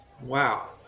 Wow